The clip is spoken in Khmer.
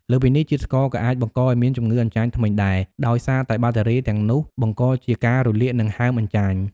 លើសពីនេះ ជាតិស្ករក៏អាចបង្កឱ្យមានជំងឺអញ្ចាញធ្មេញដែរ ដោយសារតែបាក់តេរីទាំងនោះបង្កជាការរលាក និងហើមអញ្ចាញ។